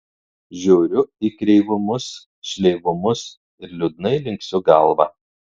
žiūriu į kreivumus šleivumus ir liūdnai linksiu galvą